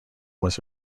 was